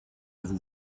vous